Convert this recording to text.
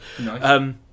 Nice